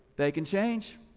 they can change.